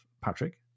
Patrick